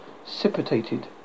precipitated